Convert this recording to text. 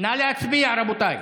נא להצביע, רבותיי.